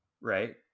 right